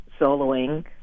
soloing